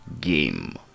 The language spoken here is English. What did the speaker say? game